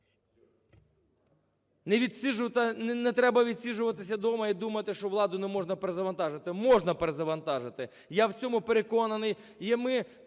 не треба відсиджуватися дома і думати, що владу не можна перезавантажити. Можна перезавантажити, я в цьому переконаний